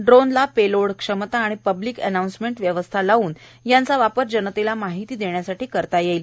ड्रोनला payload क्षमता आणि public announcement व्यवस्था लाऊन यांचा वापर जनतेला माहिती देण्यासाठी करता येणार आहे